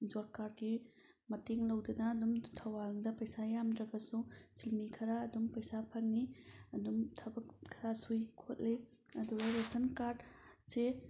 job ꯀꯥꯔꯗꯀꯤ ꯃꯇꯦꯡ ꯂꯧꯗꯨꯅ ꯑꯗꯨꯝ ꯊꯧꯕꯥꯜꯗ ꯄꯩꯁꯥ ꯌꯥꯝꯗ꯭ꯔꯒꯁꯨ ꯁꯤꯟꯃꯤ ꯈꯔ ꯑꯗꯨꯝ ꯄꯩꯁꯥ ꯐꯪꯉꯤ ꯑꯗꯨꯝ ꯊꯕꯛ ꯈꯔ ꯁꯨꯏ ꯈꯣꯠꯂꯤ ꯑꯗꯨꯒ ꯔꯦꯁꯟ ꯀꯥꯔꯗ ꯁꯦ